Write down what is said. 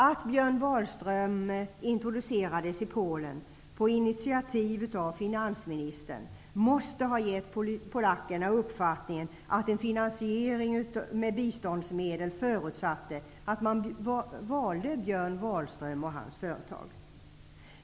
Att Björn Wahlström introducerades i Polen på initiativ av finansministern måste ha gett polackerna uppfattningen att en finansiering med biståndsmedel förutsatte att man valde Björn Wahlström och hans företag.